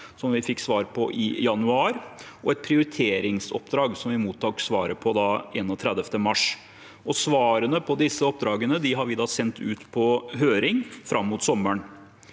som vi fikk svar på i januar, og så er det et prioriteringsoppdrag, som vi mottok svaret på 31. mars. Svarene på disse oppdragene har vi sendt ut på høring fram mot sommeren.